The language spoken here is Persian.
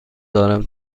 دارم